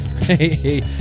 Hey